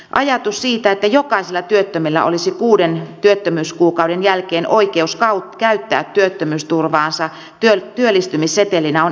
ajatus siitä että jokaisella työttömällä olisi kuuden työttömyyskuukauden jälkeen oikeus käyttää työttömyysturvaansa työllistymissetelinä on erittäin kannatettava